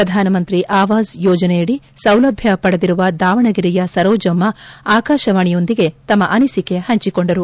ಪ್ರಧಾನಮಂತ್ರಿ ಆವಾಜ್ ಯೋಜನೆಯಡಿ ಸೌಲಭ್ಣ ಪಡೆದಿರುವ ದಾವಣಗೆರೆಯ ಸರೋಜಮ್ನಾ ಆಕಾಶವಾಣಿಯೊಂದಿಗೆ ತಮ್ಮ ಅನಿಸಿಕೆ ಪಂಚಿಕೊಂಡಿದ್ದಾರೆ